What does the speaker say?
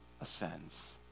ascends